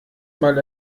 mal